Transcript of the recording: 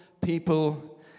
people